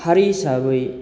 हारि हिसाबै